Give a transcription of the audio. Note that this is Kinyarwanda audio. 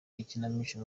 ikinamico